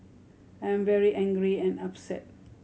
I am very angry and upset